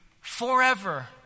forever